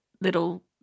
little